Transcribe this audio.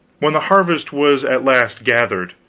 when the harvest was at last gathered,